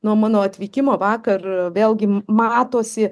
nuo mano atvykimo vakar vėlgi matosi